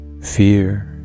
Fear